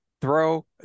throw